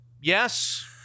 Yes